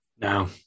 No